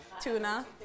Tuna